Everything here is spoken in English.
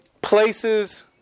Places